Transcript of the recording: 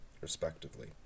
respectively